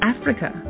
Africa